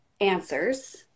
answers